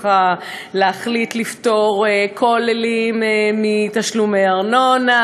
להחליט לפטור כוללים מתשלומי ארנונה,